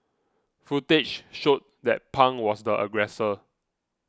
footage showed that Pang was the aggressor